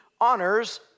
honors